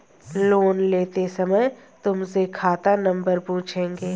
loan लेते समय तुमसे खाता नंबर पूछेंगे